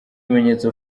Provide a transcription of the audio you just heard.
bimenyetso